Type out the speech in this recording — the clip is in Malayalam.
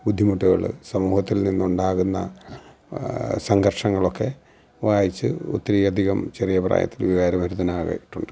ബുദ്ധിമുട്ടുകൾ സമൂഹത്തിൽ നിന്നുണ്ടാകുന്ന സംഘർഷങ്ങളൊക്കെ വായിച്ച് ഒത്തിരി അധികം ചെറിയ പ്രായത്തിൽ വികാരഭരിതനാക്കിയിട്ടുണ്ട്